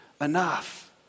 enough